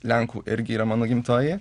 lenkų irgi yra mano gimtoji